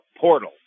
portal